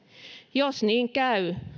jos niin käy